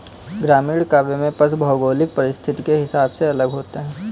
ग्रामीण काव्य में पशु भौगोलिक परिस्थिति के हिसाब से अलग होते हैं